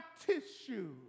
tissue